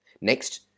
Next